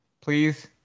Please